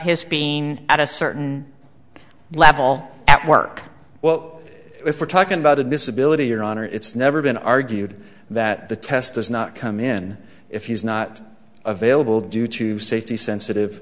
his being at a certain level at work well if we're talking about admissibility your honor it's never been argued that the test does not come in if he's not available due to safety sensitive